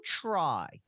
try